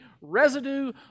residue